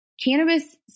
cannabis